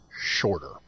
shorter